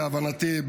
להבנתי,